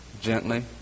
Gently